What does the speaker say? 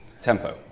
tempo